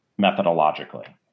methodologically